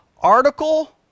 Article